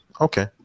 Okay